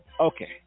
okay